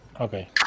Okay